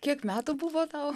kiek metų buvo tau